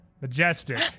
Majestic